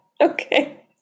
Okay